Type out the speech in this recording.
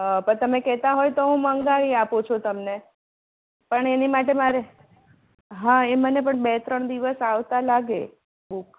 અં પણ તમે કહેતા હોય તો હું મંગાવી આપુ છું તમને પણ એની માટે મારે હા એ મને પણ બે ત્રણ દિવસ આવતા લાગે બૂક